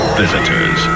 visitors